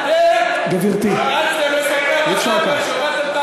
אתם, בגלל שהורדתם את האגרה.